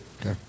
Okay